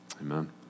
Amen